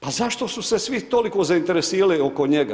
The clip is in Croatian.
Pa zašto su se svi toliko zainteresirali oko njega?